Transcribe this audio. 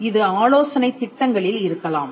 இது ஆலோசனைத் திட்டங்களில் இருக்கலாம்